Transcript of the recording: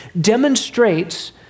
demonstrates